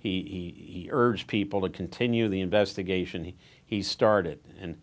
he urged people to continue the investigation and he started it and